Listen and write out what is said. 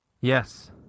Yes